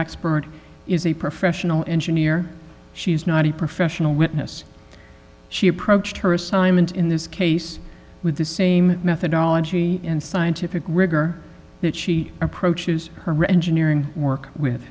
expert is a professional engineer she is not a professional witness she approached her assignment in this case with the same methodology and scientific rigor that she approaches her engineering work with